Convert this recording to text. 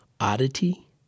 oddity